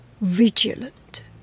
vigilant